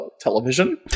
television